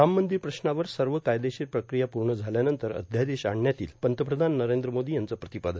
राम मंदिर प्रश्नावर सर्व कायदेशीर प्रक्रिया पूर्ण झाल्यानंतर अध्यादेश आणण्यात येईल पंतप्रधान नरेंद्र मोदी यांचं प्रतिपादन